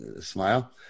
smile